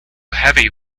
heavy